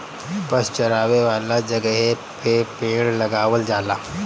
पशु चरावे वाला जगहे पे पेड़ लगावल जाला